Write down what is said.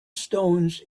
stones